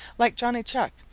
like johnny chuck,